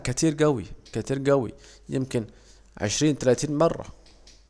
كتير جوي كتير جوي، يمكن عشرين تلاتين مرة